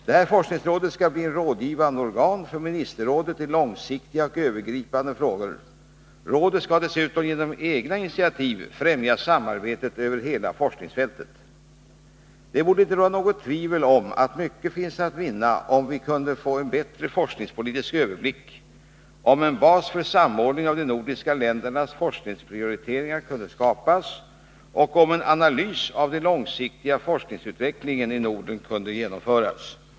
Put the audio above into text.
Detta forskningsråd skall bli ett rådgivande organ för ministerrådet i långsiktiga och övergripande frågor. Rådet skall dessutom genom egna initiativ främja samarbetet över hela forskningsfältet. Det borde inte råda några tvivel om att mycket finns att vinna om vi kunde få en bättre forskningspolitisk överblick, om en bas för samordningen av de nordiska ländernas forskningsprioriteringar kunde skapas och om en analys av den långsiktiga forskningsutvecklingen i Norden kunde genomföras.